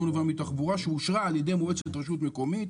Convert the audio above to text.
הנובע מתחבורה שאושרה על ידי מועצת רשות מקומית,